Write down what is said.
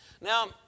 Now